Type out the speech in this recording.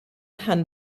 hand